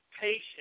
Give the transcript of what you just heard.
patient